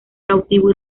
cautivo